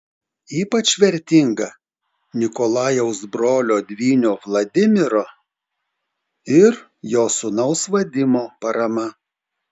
ypač vertinga nikolajaus brolio dvynio vladimiro ir jo sūnaus vadimo parama